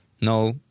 no